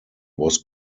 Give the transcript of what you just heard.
was